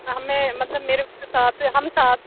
ہمیں مطلب میرے ساتھ ہم سات